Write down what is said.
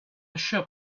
shop